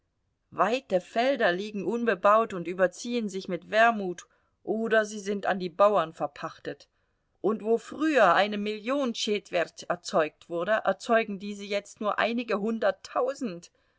weite felder liegen unbebaut und überziehen sich mit wermut oder sie sind an die bauern verpachtet und wo früher eine million tschetwert erzeugt wurde erzeugen diese jetzt nur einige hunderttausend